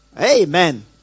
Amen